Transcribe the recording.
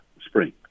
spring